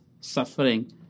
suffering